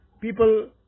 People